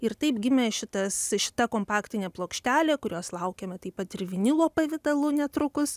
ir taip gimė šitas šita kompaktinė plokštelė kurios laukiame taip pat ir vinilų pavidalu netrukus